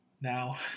now